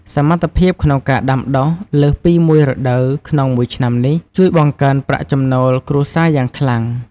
សមត្ថភាពក្នុងការដាំដុះលើសពីមួយរដូវក្នុងមួយឆ្នាំនេះ ជួយបង្កើនប្រាក់ចំណូលគ្រួសារយ៉ាងសំខាន់។